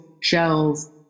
shells